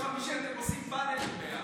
חשבתי שביום חמישי אתם עושים פאנלים ביחד.